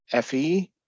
FE